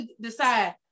decide